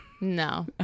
No